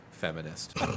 feminist